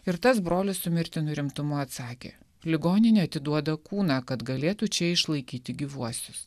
ir tas brolis su mirtinu rimtumu atsakė ligoninė atiduoda kūną kad galėtų čia išlaikyti gyvuosius